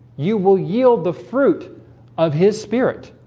you will yield the fruit of his spirit